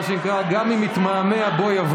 מה שנקרא, גם אם יתמהמה, בוא יבוא.